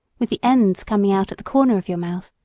with the ends coming out at the corner of your mouth,